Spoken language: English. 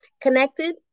connected